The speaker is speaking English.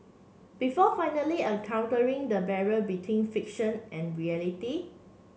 before finally encountering the barrier between fiction and reality